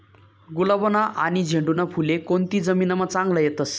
गुलाबना आनी झेंडूना फुले कोनती जमीनमा चांगला येतस?